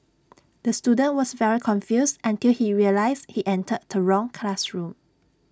the student was very confused until he realised he entered the wrong classroom